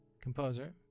composer